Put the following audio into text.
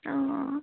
অঁ অঁ